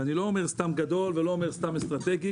ואני לא אומר סתם גדול ולא אומר סתם אסטרטגי.